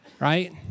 Right